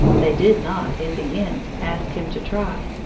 they did not, in the end, ask him to try,